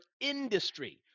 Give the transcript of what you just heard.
industry